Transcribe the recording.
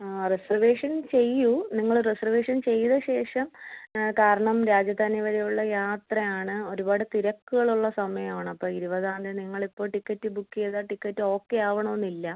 reservation ചെയ്യൂ നിങ്ങള് reservation ചെയ്ത ശേഷം കാരണം രാജധാനി വരെ ഉള്ള യാത്രയാണ് ഒരുപാട് തിരക്കുകൾ ഉള്ള സമയവാണ് അപ്പം ഇരുപതാം തിയതി നിങ്ങൾ ഇപ്പം ടിക്കറ്റ് ബുക്ക് ചെയ്താൽ ടിക്കറ്റ് ഓക്കെ ആകണമെന്നില്ല